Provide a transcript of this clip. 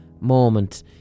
moment